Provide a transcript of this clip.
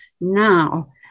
now